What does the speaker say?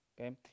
okay